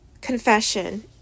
confession